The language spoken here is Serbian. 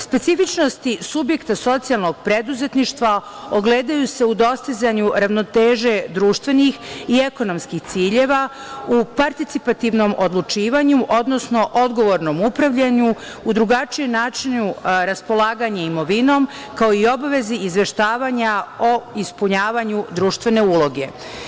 Specifičnosti subjekta socijalnog preduzetništva ogledaju se u dostizanju ravnoteže društvenih i ekonomskih ciljeva, u praticipativnom odlučivanju, odnosno odgovornom upravljanju, u drugačijem načinu raspolaganja imovinom, kao i obavezi izveštavanja o ispunjavanju društvene uloge.